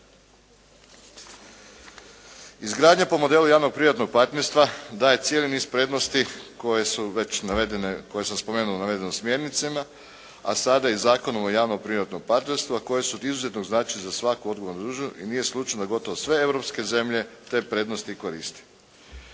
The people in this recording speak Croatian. Izgradnja po modelu javno-privatnog partnerstva daje cijeli niz prednosti koje su već navedene koje sam spomenuo u navedenim smjernicama, a sada i Zakonom o javno-privatnom partnerstvu, a koje su od izuzetnog značaja za svaku odgovornu državu i nije slučajno da gotovo sve europske zemlje te prednosti koristi.